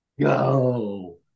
go